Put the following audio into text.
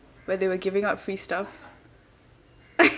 where they were giving out free stuff